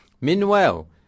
Meanwhile